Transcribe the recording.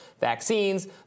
vaccines